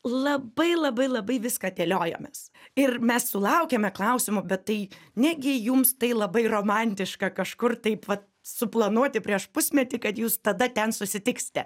labai labai labai viską dėliojomės ir mes sulaukėme klausimų bet tai negi jums tai labai romantiška kažkur taip va suplanuoti prieš pusmetį kad jūs tada ten susitiksite